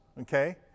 okay